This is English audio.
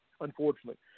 unfortunately